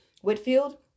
Whitfield